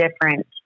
different